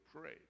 pray